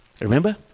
Remember